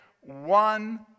one